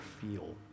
feel